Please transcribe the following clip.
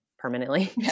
permanently